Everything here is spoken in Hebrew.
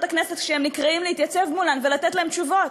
הכנסת כשהם נקראים להתייצב מולן ולתת להן תשובות,